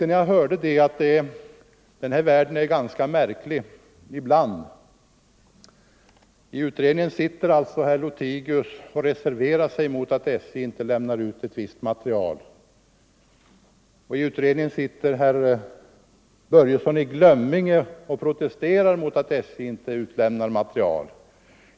När jag hörde detta tänkte jag att den här världen är ganska märklig Nr 128 ibland. I utredningen sitter alltså herr Lothigius och reserverar sig mot — Tisdagen den att SJ inte lämnar ut ett visst material. I utredningen sitter också herr 26 november 1974 Börjesson i Glömminge och protesterar mot att SJ inte utlämnar material.